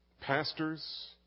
pastors